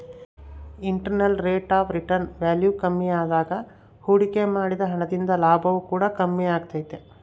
internal rate of return value ಕಮ್ಮಿಯಾದಾಗ ಹೂಡಿಕೆ ಮಾಡಿದ ಹಣ ದಿಂದ ಲಾಭವು ಕೂಡ ಕಮ್ಮಿಯಾಗೆ ತೈತೆ